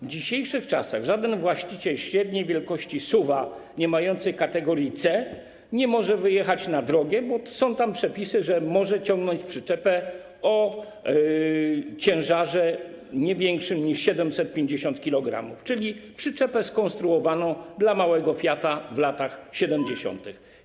W dzisiejszych czasach żaden właściciel średniej wielkości SUV-a niemający kategorii C nie może wyjechać na drogę, bo są tam przepisy, że może ciągnąć przyczepę o ciężarze nie większym niż 750 kg, czyli przyczepę skonstruowaną dla małego fiata w latach 70.